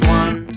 one